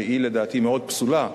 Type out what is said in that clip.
שהיא לדעתי מאוד פסולה,